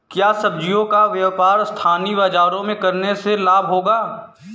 क्या सब्ज़ियों का व्यापार स्थानीय बाज़ारों में करने से लाभ होगा?